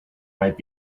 might